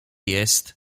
jest